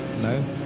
no